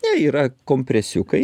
ne yra kompresiukai